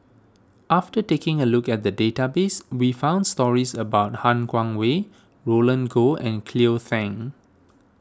after taking a look at the database we found stories about Han Guangwei Roland Goh and Cleo Thang